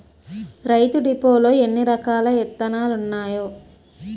రైతు డిపోలో ఎన్నిరకాల ఇత్తనాలున్నాయో